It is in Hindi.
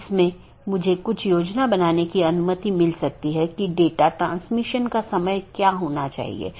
तो इस तरह से मैनाजैबिलिटी बहुत हो सकती है या स्केलेबिलिटी सुगम हो जाती है